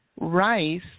rice